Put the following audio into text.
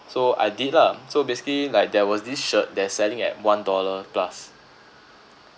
so I did lah so basically like there was this shirt they're selling at one dollar plus